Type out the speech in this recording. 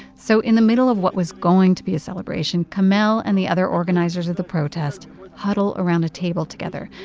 so in the middle of what was going to be a celebration, kamel and the other organizers of the protest huddle around a table together.